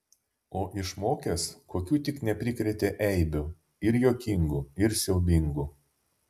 o išmokęs kokių tik neprikrėtė eibių ir juokingų ir siaubingų